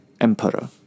emperor